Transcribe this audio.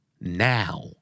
Now